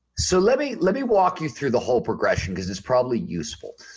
so let me let me walk you through the whole progression because it's probably useful.